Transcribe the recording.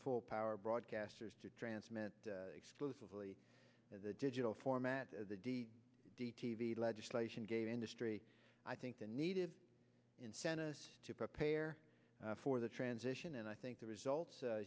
for full power broadcasters to transmit exclusively the digital format of the d d t v legislation gave industry i think the needed incentive to prepare for the transition and i think the results a